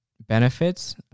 benefits